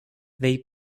they